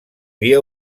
via